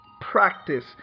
practice